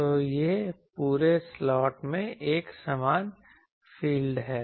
तो यह पूरे स्लॉट में एक समान फ़ील्ड है